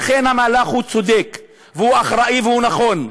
לכן, המהלך הוא צודק והוא אחראי והוא נכון.